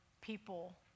people